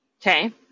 Okay